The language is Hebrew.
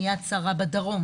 עם יד שרה בדרום,